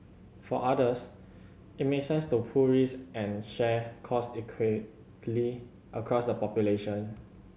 for others it make sense to pool risk and share cost equitably across the population